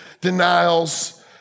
denials